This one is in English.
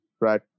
Right